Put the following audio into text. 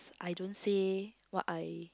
I don't say what I